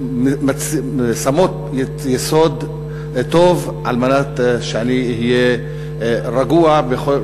שמות יסוד טוב על מנת שאני אהיה רגוע בכל